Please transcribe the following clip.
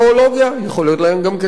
יכול להיות להם גם קשר להיסטוריה,